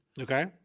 okay